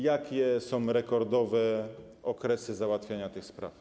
Jakie są rekordowe okresy załatwiania tych spraw?